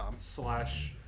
Slash